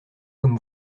comme